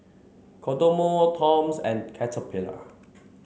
Kodomo Toms and Caterpillar